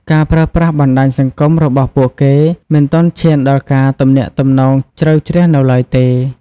ការប្រើប្រាស់បណ្ដាញសង្គមរបស់ពួកគេមិនទាន់ឈានដល់ការទំនាក់ទំនងជ្រៅជ្រះនៅឡើយទេ។